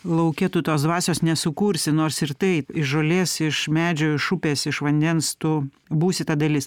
lauke tu tos dvasios nesukursi nors ir taip iš žolės iš medžio iš upės iš vandens tu būsi ta dalis